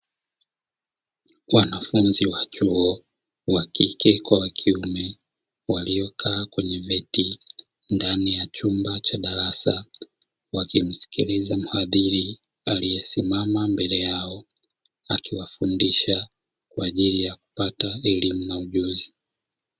Wanafunzi wa chuo wa kike kwa wa kiume waliokaa kwenye viti ndani ya chumba cha darasani, wakimsikiliza mhadhiri aliyesimama mbele yao akiwafundisha kwa ajili ya kupata elimu na ujuzi.